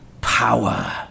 power